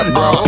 bro